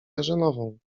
jarzynową